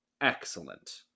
excellent